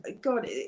God